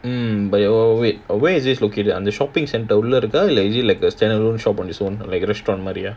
mm but it wa~ wait where is this located on the shopping centre அந்த:antha or is it like a standalone shop on it's own like இல்ல:illa restaurant மாதிரியா:maadhiriyaa